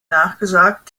nachgesagt